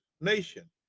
nation